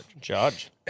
judge